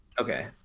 okay